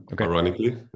ironically